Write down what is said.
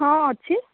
ହଁ ଅଛି